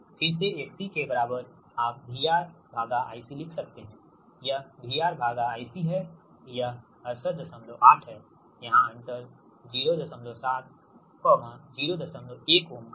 फिर से XC के बराबर आप VRICलिख सकते हैं यह VRIC है यह 688 है यहाँ अंतर 07 01 ओम है